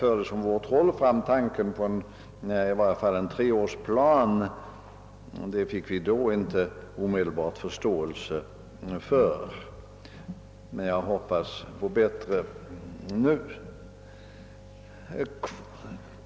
När vi från vårt håll framförde tanken på i varje fall en treårsplan fick vi inte omedelbart förståelse för detta, men jag hoppas att det går bättre nu.